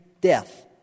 Death